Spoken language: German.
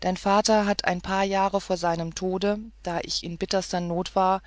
dein vater hat ein paar jahre vor seinem tod da ich in bitterster not war